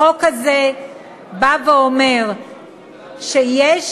החוק הזה בא ואומר שיש